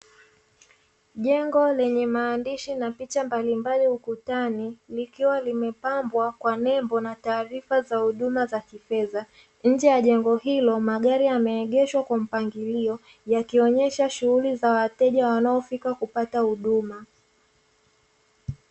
Jengo lenye maandishi na picha mbalimbali ukutani, likiwa limepambwa kwa nembo na taarifa za huduma za kifedha. Nje ya jengo hilo magari yameegeshwa kwa mpangilio, yakionyesha shughuli za wateja wanaofika kupata huduma.